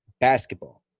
basketball